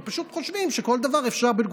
אבל פשוט חושבים שכל דבר אפשר,